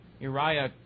Uriah